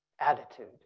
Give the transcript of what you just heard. attitude